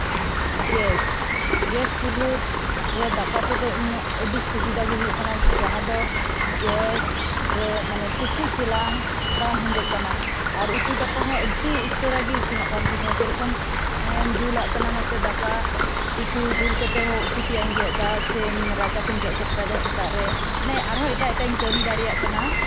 gas ᱜᱮᱥ ᱪᱩᱞᱦᱟᱹ ᱨᱮ ᱫᱟᱠᱟ ᱛᱮᱫᱚ ᱤᱧᱟᱹᱜ ᱟᱹᱰᱤ ᱥᱩᱵᱤᱫᱷᱟ ᱜᱮ ᱦᱩᱭᱩᱜ ᱠᱟᱱᱟ ᱡᱟᱦᱟᱸ ᱫᱚ ᱜᱮᱥ ᱨᱮ ᱢᱟᱱᱮ ᱴᱩᱠᱩᱡ ᱪᱮᱞᱟᱝ ᱵᱟᱝ ᱦᱮᱸᱫᱮᱜ ᱠᱟᱱᱟ ᱟᱨ ᱩᱛᱩ ᱫᱟᱠᱟ ᱦᱚᱸ ᱟᱹᱰᱤ ᱩᱥᱟᱹᱨᱟᱜᱮ ᱤᱥᱤᱱᱚ ᱠᱟᱱ ᱛᱤᱧᱟ ᱡᱮᱨᱚᱠᱚᱢ ᱡᱩᱞᱟᱜ ᱠᱟᱱᱟ ᱚᱱᱟᱛᱮ ᱫᱟᱠᱟ ᱩᱛᱩ ᱡᱩᱞ ᱠᱟᱛᱮ ᱦᱚᱸ ᱩᱛᱩ ᱛᱮᱭᱟᱜ ᱤᱧ ᱜᱮᱛᱫᱟ ᱥᱮ ᱨᱟᱪᱟ ᱠᱚᱧ ᱡᱚᱜ ᱥᱟᱯᱷᱟᱭᱫᱟ ᱥᱮᱛᱟᱜ ᱨᱮ ᱢᱟᱱᱮ ᱟᱨᱦᱚᱸ ᱮᱴᱟᱜ ᱮᱴᱟᱜ ᱟᱜ ᱤᱧ ᱠᱟᱹᱢᱤ ᱫᱟᱲᱮᱭᱟᱜ ᱠᱟᱱᱟ